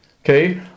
okay